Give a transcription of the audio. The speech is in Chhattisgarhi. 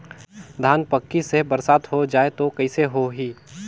धान पक्की से बरसात हो जाय तो कइसे हो ही?